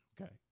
Okay